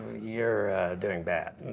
you're doing bad.